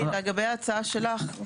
לגבי ההצעה של היועצת המשפטית לוועדה,